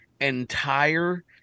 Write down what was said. entire